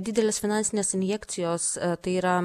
didelės finansinės injekcijos tai yra